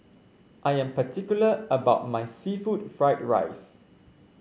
I am particular about my seafood Fried Rice